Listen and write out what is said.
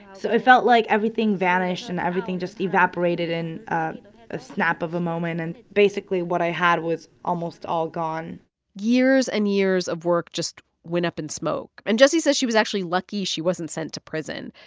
so it felt like everything vanished, and everything just evaporated in a snap of a moment. and basically, what i had was almost all gone years and years of work just went up in smoke. and jessie says she was actually lucky she wasn't sent to prison.